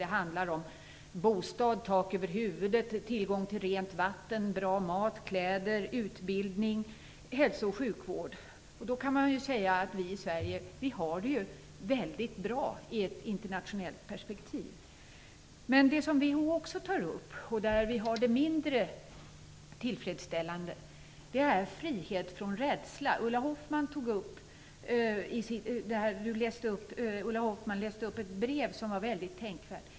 Det handlar om bostad, tillgång till rent vatten, bra mat, kläder, utbildning samt hälso och sjukvård. Då kan man ju säga att vi i Sverige har det väldigt bra, sett från ett internationellt perspektiv. Men det som WHO också tar upp, och där vi har det mindre tillfredsställande, är frihet från rädsla. Ulla Hoffmann läste upp ett brev som var väldigt tänkvärt.